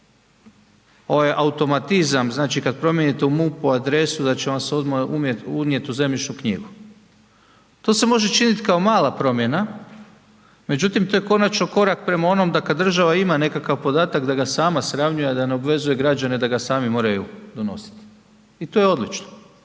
ovaj automatizam, znači kad promijenite u MUP-u adresu da će vas se odmah unijeti u ZK. To se može činiti kao mala promjena, međutim to je konačno korak prema onom da kad država ima neki podatak, da ga sama sravnjuje, a da ne obvezuje građane da ga sami moraju donositi. I to je odlično.